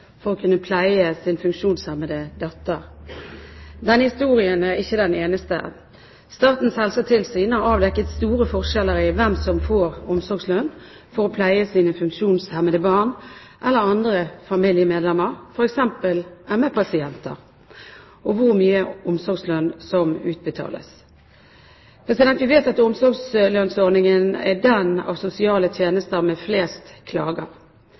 for å pleie sin funksjonshemmede datter. Denne historien er ikke den eneste. Statens helsetilsyn har avdekket store forskjeller med hensyn til hvem som får omsorgslønn for å pleie sine funksjonshemmede barn eller andre familiemedlemmer, som f.eks. er ME-pasienter, og med hensyn til hvor mye omsorgslønn som utbetales. Vi vet at omsorgslønnsordningen er den av sosiale tjenester med flest klager.